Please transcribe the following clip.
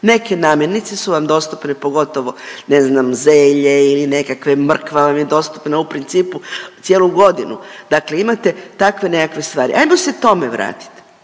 Neke namirnice su vam dostupne, pogotovo, ne znam ili nekakve, mrkva vam je dostupna u principu cijelu godinu, dakle imate takve nekakve stvari, ajmo se tome vratiti.